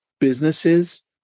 businesses